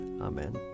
Amen